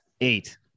eight